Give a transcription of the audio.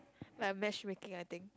like matchmaking I think